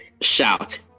Shout